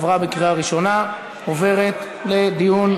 עברה בקריאה ראשונה ועוברת לדיון,